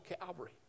Calvary